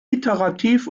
iterativ